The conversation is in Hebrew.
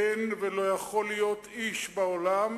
אין ולא יכול להיות איש בעולם